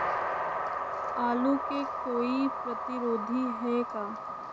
आलू के कोई प्रतिरोधी है का?